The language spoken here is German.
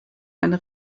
eine